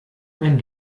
mein